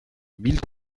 mille